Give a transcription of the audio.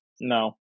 No